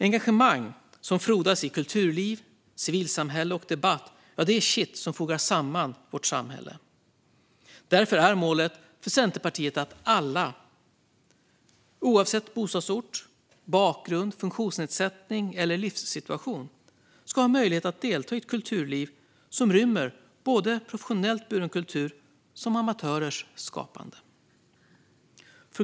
Engagemang som frodas i kulturliv, civilsamhälle och debatt är kitt som fogar samman vårt samhälle. Därför är målet för Centerpartiet att alla, oavsett bostadsort, bakgrund, funktionsnedsättning eller livssituation, ska ha möjlighet att delta i ett kulturliv som rymmer både professionellt buren kultur och amatörers skapande.